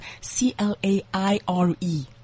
C-L-A-I-R-E